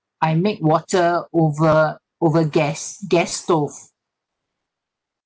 I make water over over gas gas stove